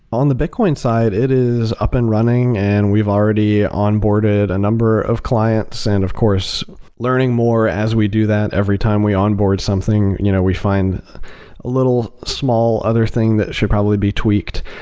on the bitcoin side, it is up and running and we've already onboarded a number of clients, and of course learning more as we do that every time we onboard something. you know we find ah little, small other thing that should probably be tweaked,